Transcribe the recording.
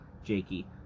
jakey